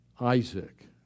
Isaac